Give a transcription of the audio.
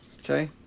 Okay